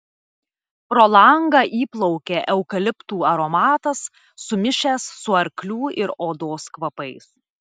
pro langą įplaukė eukaliptų aromatas sumišęs su arklių ir odos kvapais